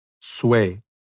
sway